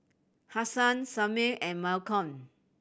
Hasan Samir and Malcom